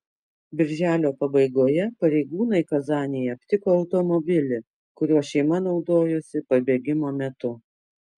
birželio pabaigoje pareigūnai kazanėje aptiko automobilį kuriuo šeima naudojosi pabėgimo metu